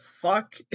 fuck